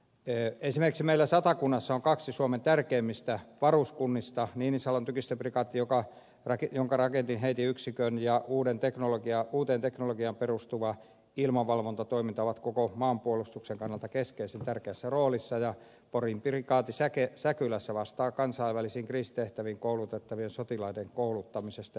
esimerkiksi meillä satakunnassa on kaksi suomen tärkeimmistä varuskunnista niinisalon tykistöprikaati jonka raketinheitinyksikkö ja uuteen teknologiaan perustuva ilmavalvontatoiminta ovat koko maanpuolustuksen kannalta keskeisen tärkeässä roolissa ja porin prikaati säkylässä vastaa kansainvälisiin kriisitehtäviin koulutettavien sotilaiden kouluttamisesta ja varustamisesta